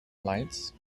lights